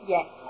Yes